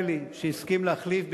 שהסכים להחליף,